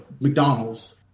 McDonald's